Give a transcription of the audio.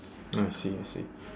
ah I see I see